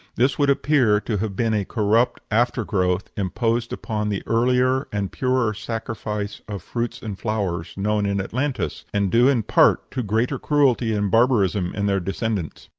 this would appear to have been a corrupt after-growth imposed upon the earlier and purer sacrifice of fruits and flowers known in atlantis, and due in part to greater cruelty and barbarism in their descendants.